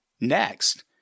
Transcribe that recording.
next